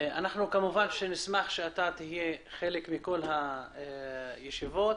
ונשמח שתהיה חלק מכל הישיבות.